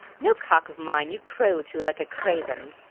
no cock of mine you crow too like a craven.